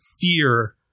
fear